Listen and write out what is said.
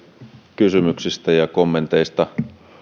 kysymyksistä ja kommenteista